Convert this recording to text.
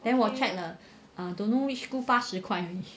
then 我 check 了 don't know which school 八十块而已